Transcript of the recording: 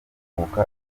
atambuka